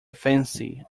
fancy